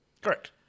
correct